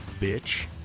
bitch